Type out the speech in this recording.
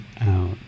out